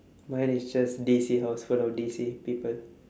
mine is just D_C house full of D_C people